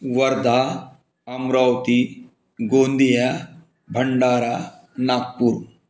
Wardha Amravati Gondia Bhandara Nagpur